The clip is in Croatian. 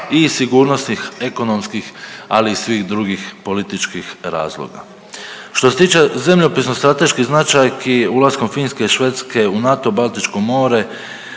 i sigurnosti ekonomskih, ali i svih drugih političkih razloga. Što se tiče zemljopisno-strateških značajki, ulaskom Finske i Švedske u NATO, Baltičko more,